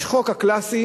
יש החוק הקלאסי,